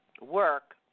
work